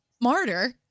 smarter